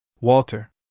Walter